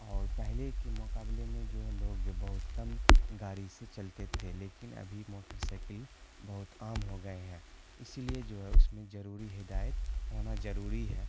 اور پہلے کے مقابلے میں جو ہے لوگ بہت کم گاڑی سے چلتے تھے لیکن ابھی موٹر سائیکل بہت عام ہو گئے ہیں اسی لیے جو ہے اس میں ضروری ہدایت ہونا ضروری ہے